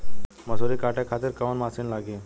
मसूरी काटे खातिर कोवन मसिन लागी?